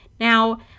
Now